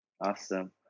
Awesome